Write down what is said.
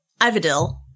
Ivadil